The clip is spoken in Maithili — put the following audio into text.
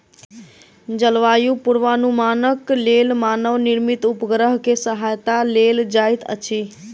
जलवायु पूर्वानुमानक लेल मानव निर्मित उपग्रह के सहायता लेल जाइत अछि